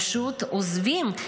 פשוט עוזבים.